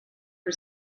for